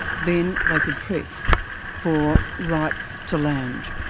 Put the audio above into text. then they could press for rights to land.